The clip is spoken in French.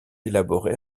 élaboré